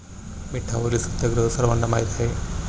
मिठावरील सत्याग्रह सर्वांना माहीत आहे